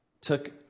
took